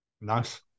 Nice